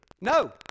No